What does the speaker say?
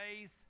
faith